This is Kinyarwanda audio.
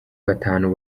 batanu